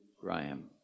Graham